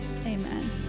amen